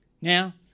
Now